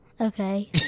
Okay